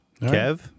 Kev